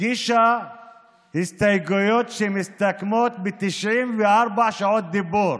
הגישה הסתייגויות שמסתכמות ב-94 שעות דיבור.